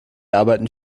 arbeiten